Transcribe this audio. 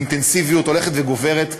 מדברים עליה באינטנסיביות הולכת וגוברת.